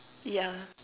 yeah